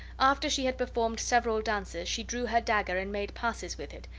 after she had performed several dances she drew her dagger and made passes with it,